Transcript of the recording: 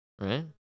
right